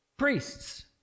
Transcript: Priests